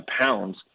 pounds